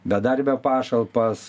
bedarbio pašalpas